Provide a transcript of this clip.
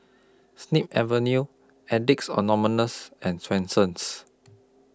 Snip Avenue Addicts Anonymous and Swensens